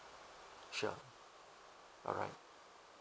sure alright